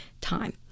time